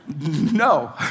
No